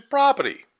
property